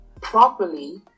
properly